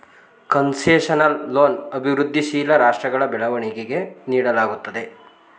concessional loan ಅಭಿವೃದ್ಧಿಶೀಲ ರಾಷ್ಟ್ರಗಳ ಬೆಳವಣಿಗೆಗೆ ನೀಡಲಾಗುತ್ತದೆ